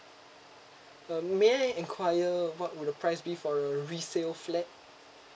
uh may I enquire what about the price be for a resale flat